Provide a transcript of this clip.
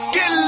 Get